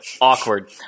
Awkward